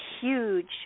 huge